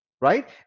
right